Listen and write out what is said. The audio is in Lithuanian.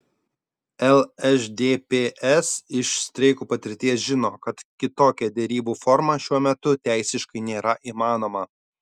lšdps iš streikų patirties žino kad kitokia derybų forma šiuo metu teisiškai nėra įmanoma